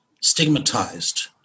stigmatized